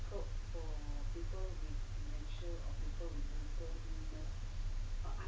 so people